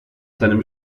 seinem